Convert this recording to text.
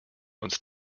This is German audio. uns